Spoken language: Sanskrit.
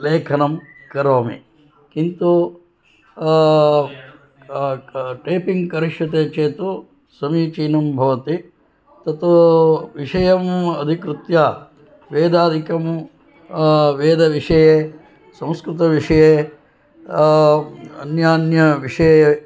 लेखनं करोमि किन्तु टैपिङ्ग् करिष्यते चेत् समीचीनं भवति तत् विषयम् अधिकृत्य वेदादिकं वेदविषये संस्कृतविषये अन्यान्यविषये